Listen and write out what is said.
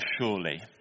surely